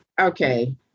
okay